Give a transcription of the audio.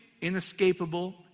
inescapable